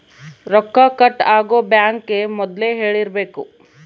ರೊಕ್ಕ ಕಟ್ ಆಗೋ ಬ್ಯಾಂಕ್ ಗೇ ಮೊದ್ಲೇ ಹೇಳಿರಬೇಕು